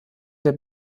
der